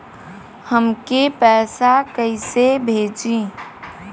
हमके पैसा कइसे भेजी?